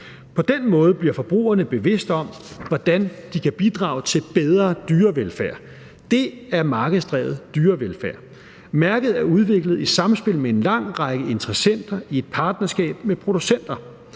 På den måde bliver forbrugerne bevidste om, hvordan de kan bidrage til bedre dyrevelfærd. Det er markedsdrevet dyrevelfærd. Mærket er udviklet i samspil med en lang række interessenter i et partnerskab med producenter,